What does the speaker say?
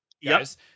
Yes